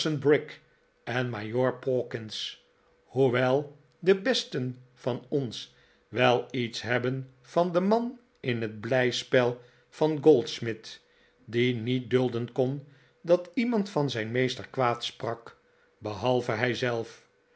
en majoor pawkins hoewel de besten van ons wel iets hebben van den man in het blijspel van goldsmith die niet dulden kon dat iemand van zijn meester kwaad sprak behalve hij zelf